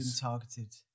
targeted